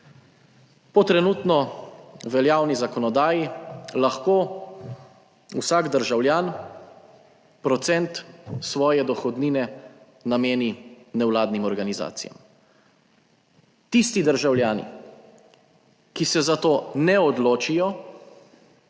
Po trenutno veljavni zakonodaji lahko vsak državljan procent svoje dohodnine nameni nevladnim organizacijam tisti državljani, ki se za to ne odločijo,